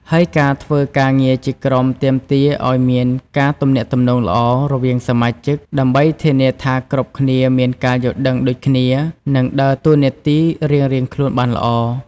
ហើយការធ្វើការងារជាក្រុមទាមទារឱ្យមានការទំនាក់ទំនងល្អ រវាងសមាជិក ដើម្បីធានាថាគ្រប់គ្នាមានការយល់ដឹងដូចគ្នា និងដើរតួនាទីរៀងៗខ្លួនបានល្អ។